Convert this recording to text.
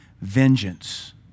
vengeance